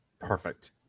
Perfect